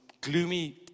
gloomy